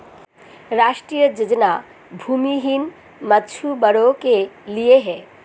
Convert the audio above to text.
राष्ट्रीय योजना भूमिहीन मछुवारो के लिए है